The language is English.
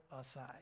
aside